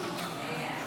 נוכח